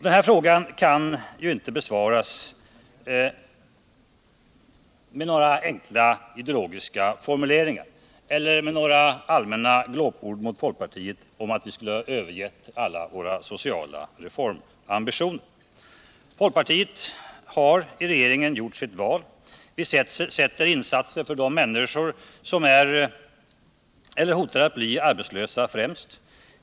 Den frågan kan inte besvaras med några enkla ideologiska formuleringar eller med allmänna glåpord mot folkpartiet om att vi skulle ha övergivit våra sociala reformambitioner. Folkpartiet har i regeringen gjort sitt val: Vi sätter insatser för de människor som är eller riskerar att bli arbetslösa främst.